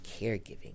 caregiving